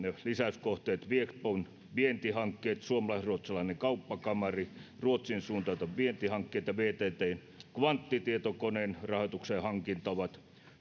lisäyskohteet viexpon vientihankkeet suomalais ruotsalaisen kauppakamarin ruotsiin suuntautuvat vientihankkeet ja vttn kvanttitietokoneen rahoituksen hankinta ovat